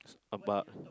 about